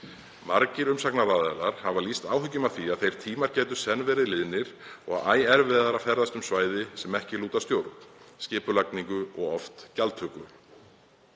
Margir umsagnaraðilar hafa lýst áhyggjum af því að þeir tímar gætu senn verið liðnir og æ erfiðara að ferðast um svæði sem ekki lúta stjórn, skipulagningu og oft gjaldtöku.